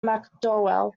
mcdowell